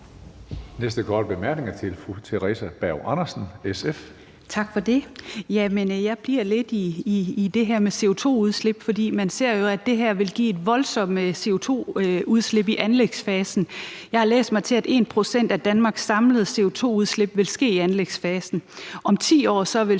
Berg Andersen, SF. Kl. 17:48 Theresa Berg Andersen (SF): Tak for det. Jeg bliver lidt i det her med CO2-udslip, for man ser jo, at det her vil give et voldsomt CO2-udslip i anlægsfasen. Jeg har læst mig til, at 1 pct. af Danmarks samlede CO2-udslip vil ske i anlægsfasen. Om 10 år vil